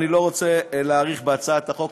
אני לא רוצה להאריך בהצעת החוק,